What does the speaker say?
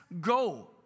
go